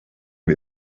bir